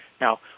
Now